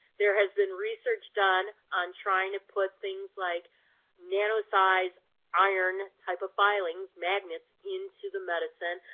there has been research done on trying to put things like nanosized iron type of filings, magnets into the medicine,